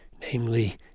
namely